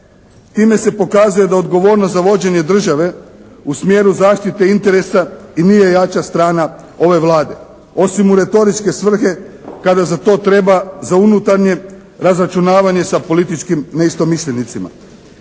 Time se pokazuje da odgovornost za vođenje države u smjeru zaštite interesa i nije jača strana ove Vlade osim u retoričke svrhe kada za to treba za unutarnje razračunavanje sa političkim neistomišljenicima.